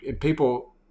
people